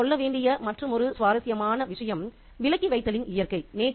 மனதில் கொள்ள வேண்டிய மற்றுமொரு சுவாரஸ்யமான விஷயம் விலக்கி வைத்தலின் இயற்கை